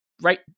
right